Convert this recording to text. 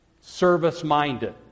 service-minded